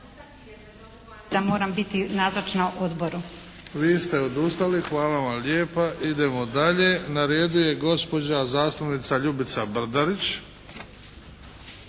ja moram biti nazočna odboru. **Bebić, Luka (HDZ)** Vi ste odustali. Hvala vam lijepa. Idemo dalje. Na redu je gospođa zastupnica Ljubica Brdarić.